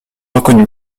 reconnue